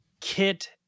Kit